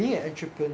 we have tripled